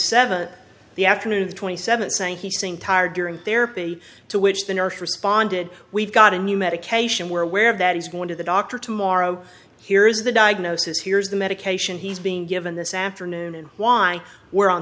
seventh the afternoon of the twenty seventh saying he seemed tired during therapy to which the nurse responded we've got a new medication we're aware of that he's going to the doctor tomorrow here's the diagnosis here's the medication he's been given this afternoon and why we're on